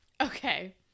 Okay